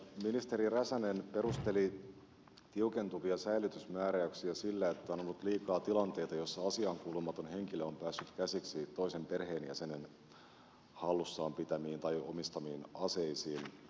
ministeri räsänen perusteli tiukentuvia säilytysmääräyksiä sillä että on ollut liikaa tilanteita joissa asiaankuulumaton henkilö on päässyt käsiksi toisen perheenjäsenen hallussaan pitämiin tai omistamiin aseisiin